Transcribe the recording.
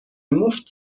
مفت